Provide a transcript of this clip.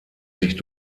sich